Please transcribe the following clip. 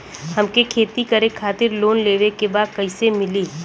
हमके खेती करे खातिर लोन लेवे के बा कइसे मिली?